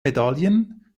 medaillen